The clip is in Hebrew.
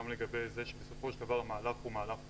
גם שבסופו של דבר המהלך הוא מהלך נכון,